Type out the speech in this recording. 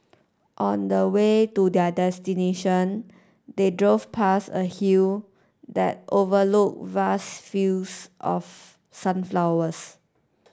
on the way to their destination they drove past a hill that overlooked vast fields of sunflowers